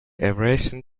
eurasian